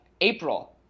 April